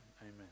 amen